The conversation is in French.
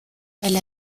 elle